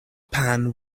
pan